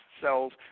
cells